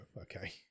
okay